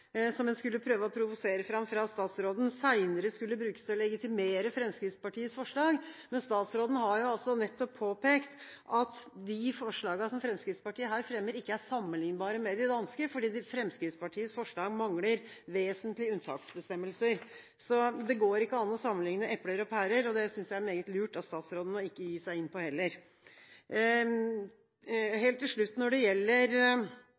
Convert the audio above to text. som en skulle prøve å provosere fram fra statsråden, seinere skulle brukes til å legitimere Fremskrittspartiets forslag. Men statsråden har jo nettopp påpekt at de forslagene som Fremskrittspartiet fremmer her, ikke er sammenlignbare med de danske, fordi det i Fremskrittspartiets forslag mangler vesentlige unntaksbestemmelser. Det går ikke an å sammenligne epler og pærer, og jeg synes det er meget lurt av statsråden ikke å gi seg inn på det heller. Helt til slutt, når det gjelder